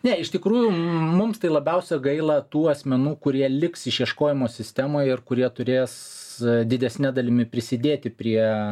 ne iš tikrųjų mums tai labiausia gaila tų asmenų kurie liks išieškojimo sistemoj ir kurie turės didesne dalimi prisidėti prie